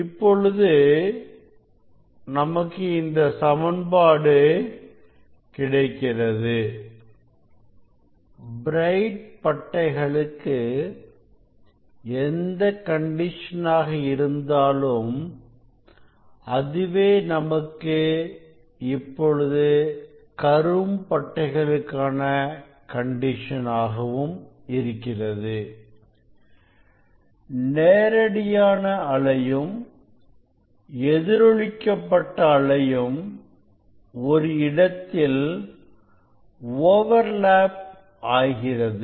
இப்பொழுது நமக்கு இந்த சமன்பாடு கிடைக்கிறது பிரைட் பட்டைகளுக்கு எந்த கண்டிஷனாக இருந்தாலும் அதுவே நமக்கு இப்பொழுது கரும் பட்டை களுக்கான கண்டிஷன் ஆகவும் இருக்கிறது நேரடியான அலையும் எதிரொலிக்க பட்ட அலையும் இந்த இடத்தில் ஓவர்லப் ஆகிறது